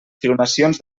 filmacions